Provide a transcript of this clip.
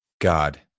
God